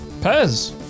Pez